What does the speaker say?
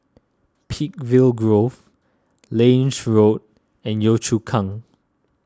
Peakville Grove Lange Road and Yio Chu Kang